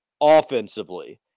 offensively